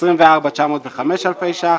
24,905 אלפי שקלים